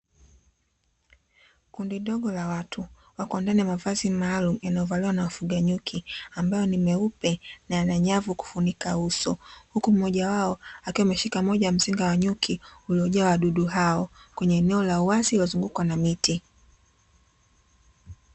Kundi dogo la watu wako ndani ya mavazi maalumu yanayovaliwa na wafuga nyuki, ambayo ni meupe na yana nyavu kufunika uso; huku mmoja wao akiwa ameshika moja ya mzinga wa nyuki uliojaa wadudu hao, kwenye eneo la wazi lililozungukwa na miti.